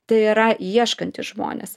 tai yra ieškantys žmonės